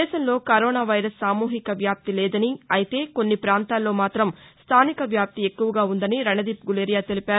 దేశంలో corona virus సామూహిక వ్యాప్తి లేదని అయితే కొన్ని పాంతాల్లో మాత్రం స్థానిక వ్యాప్తి ఎక్కువగా ఉందని రణదీప్ గులేరియా తెలిపారు